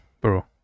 bro